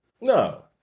No